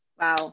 Wow